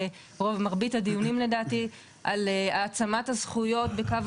במרבית הדיונים לדעתי על העצמת הזכויות בקו